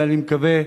ואני מקווה,